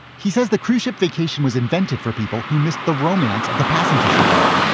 he says the cruise ship vacation was invented for people who missed the romance of the passenger ship era,